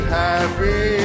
happy